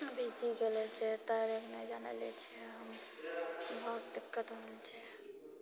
भीजी गेलो छियै जेना जाइ छियै हम बहुत दिक्कत होइ छै